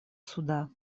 суда